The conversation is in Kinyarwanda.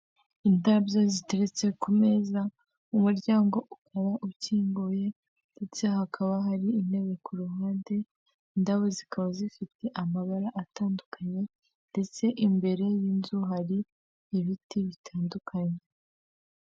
Indabyo ziteretse kumeza umuryango ukaba ukinguye, ndetse hakaba hari intebe ku ruhande, indabo zikaba zifite amabara atandukanye ndetse imbere y'inzu hari ibiti bitandukanye.